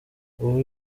ubu